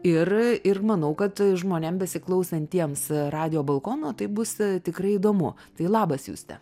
ir ir manau kad žmonėm besiklausantiems radijo balkono tai bus tikrai įdomu tai labas juste